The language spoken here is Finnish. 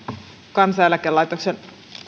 kansaneläkelaitoksen